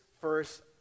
first